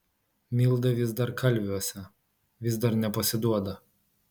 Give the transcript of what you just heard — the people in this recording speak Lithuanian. milda vis dar kalviuose vis dar nepasiduoda